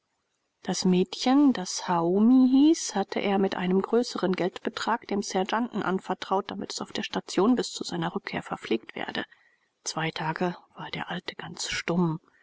das mädchen das haomi hieß hatte er mit einem größeren geldbetrag dem sergeanten anvertraut damit es auf der station bis zu seiner rückkehr verpflegt werde zwei tage war der alte ganz stumm